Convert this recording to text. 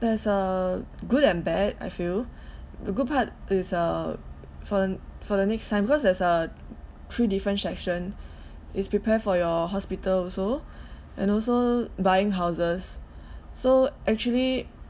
there's uh good and bad I feel the good part is uh for for the next time because there's uh three different section is prepare for your hospital also and also buying houses so actually